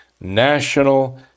national